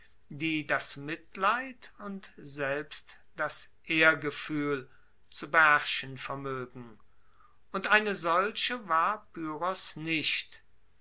die das mitleid und selbst das ehrgefuehl zu beherrschen vermoegen und eine solche war pyrrhos nicht